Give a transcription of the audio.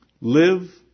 Live